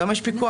היום יש פיקוח.